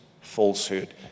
falsehood